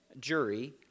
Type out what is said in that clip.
jury